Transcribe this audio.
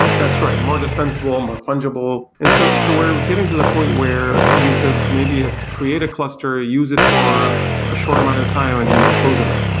that's right. more dispensable, more tangible. and so so we're getting to the point where you could maybe ah create a cluster, use it for a short amount of time and and dispose of it.